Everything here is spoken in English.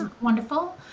wonderful